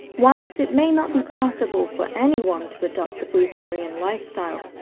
whilst it may not be possible for anyone to adopt the breatharian lifestyle,